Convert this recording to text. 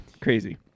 Crazy